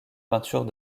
peintures